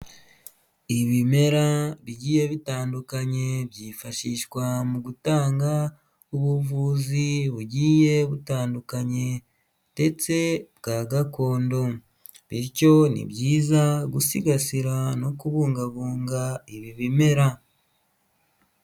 Ibimera bigiye bitandukanye byifashishwa mu gutanga ubuvuzi bugiye butandukanye ndetse bwa gakondo, bityo ni byiza gusigasira no kubungabunga ibi bimera.